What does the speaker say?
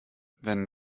wenn